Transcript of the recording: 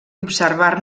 observar